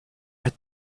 had